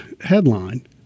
headline